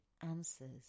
answers